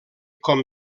com